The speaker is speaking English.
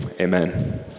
Amen